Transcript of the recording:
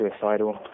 suicidal